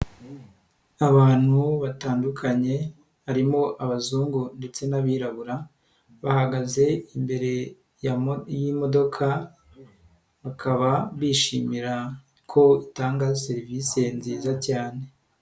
Abantu batandukanye barimo abazungu ndetse n'abirabura bahagaze imbere y'imodoka bakaba bishimira ko itanga serivisi nziza cyane.